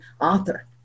author